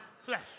flesh